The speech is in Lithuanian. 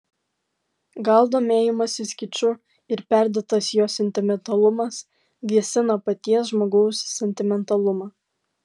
gal domėjimasis kiču ir perdėtas jo sentimentalumas gesina paties žmogaus sentimentalumą